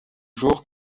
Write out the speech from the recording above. jour